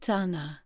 Tana